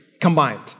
combined